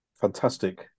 fantastic